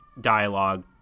dialogue